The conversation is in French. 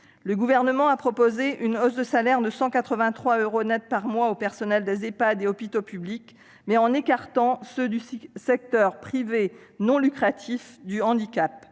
Le Gouvernement a proposé une hausse de salaire de 183 euros net par mois aux personnels des Ehpad et des hôpitaux publics, mais il a écarté ceux du secteur privé non lucratif du handicap.